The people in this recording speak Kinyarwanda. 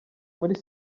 muri